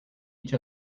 each